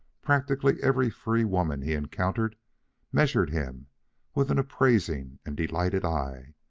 practically every free woman he encountered measured him with an appraising and delighted eye,